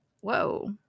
Whoa